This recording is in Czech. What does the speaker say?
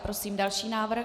Prosím další návrh.